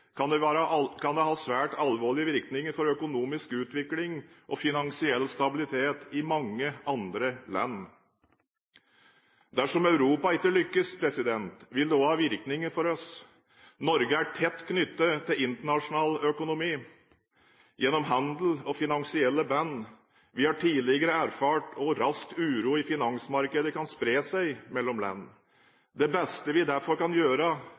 kan det ha svært alvorlige virkninger for økonomisk utvikling og finansiell stabilitet i mange andre land. Dersom Europa ikke lykkes, vil det også ha virkninger for oss. Norge er tett knyttet til internasjonal økonomi gjennom handel og finansielle bånd. Vi har tidligere erfart hvor raskt uro i finansmarkedet kan spre seg mellom land. Det beste vi derfor kan gjøre